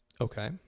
okay